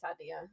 idea